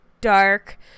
dark